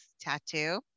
tattoo